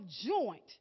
joint